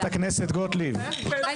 יש